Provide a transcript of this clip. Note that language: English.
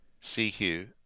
CQ